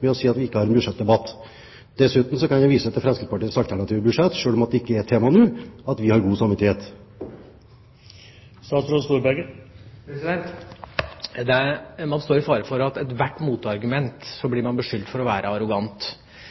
ved å si at vi ikke har en budsjettdebatt. Dessuten kan jeg vise til Fremskrittspartiets alternative budsjett, selv om det ikke er tema nå: Vi har god samvittighet. Man står i fare for at ved ethvert motargument blir man beskyldt for å være arrogant.